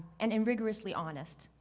and and rigorously honest,